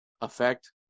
effect